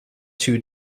two